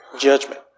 judgment